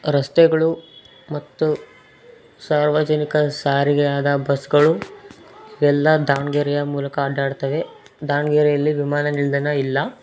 ರಸ್ತೆಗಳು ಮತ್ತು ಸಾರ್ವಜನಿಕ ಸಾರಿಗೆಯಾದ ಬಸ್ಗಳು ಎಲ್ಲ ದಾವಣಗೆರೆಯ ಮೂಲಕ ಅಡ್ಡಾಡ್ತವೆ ದಾವಣಗೆರೆಯಲ್ಲಿ ವಿಮಾನ ನಿಲ್ದಾಣ ಇಲ್ಲ